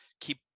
keep